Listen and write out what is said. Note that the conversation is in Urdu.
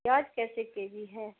پیاز کیسے کے جی ہے